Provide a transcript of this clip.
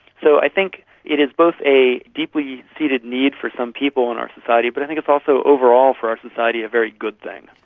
so i think it is both a deeply seated need for some people in our society but i think it is also, overall for our society, a very good thing.